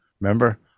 Remember